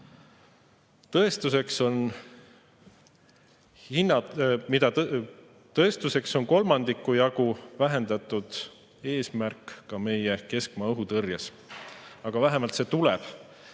Tõestuseks on kolmandiku jagu vähendatud eesmärk ka meie keskmaa õhutõrjes. Aga vähemalt see tuleb.